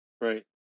Right